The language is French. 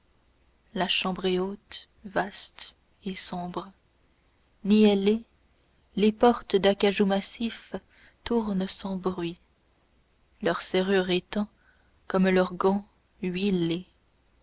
la chambre est haute vaste et sombre niellées les portes d'acajou massif tournent sans bruit leurs serrures étant comme leurs gonds huilées